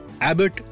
Abbott